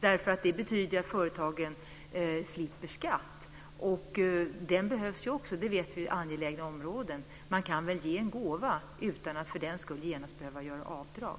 Det här betyder ju att företagen slipper skatt, men den behövs också. Vi vet ju att det finns angelägna områden. Man kan väl ge en gåva utan att för den skull genast behöva göra avdrag.